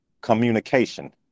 communication